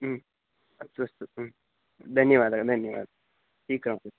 अस्तु अस्तु धन्यवादः धन्यवादः शीघ्रमपि